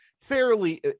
Fairly